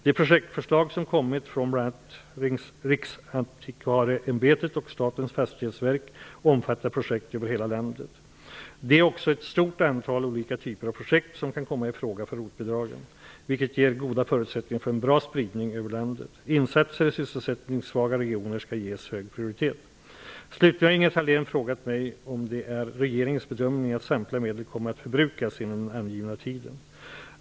De projektförslag som kommit från bl.a. Riksantikvarieämbetet och Statens Fastighetsverk omfattar projekt över hela landet. Det är också ett stort antal olika typer av projekt som kan komma i fråga för ROT-bidragen, vilket ger goda förutsättningar för en bra spridning över landet. Insatser i sysselsättningssvaga regioner skall ges hög prioritet. Slutligen har Ingela Thalén frågat mig om det är regeringens bedömning att samtliga medel kommer att förbrukas inom den angivna tiden.